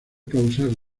causar